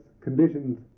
conditions